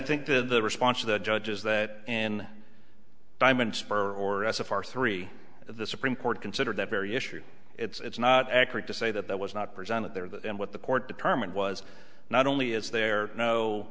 think that the response of the judge is that in diamond spur or sofar three the supreme court considered that very issue it's not accurate to say that that was not presented there that and what the court determined was not only is there